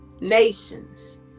nations